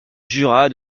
jura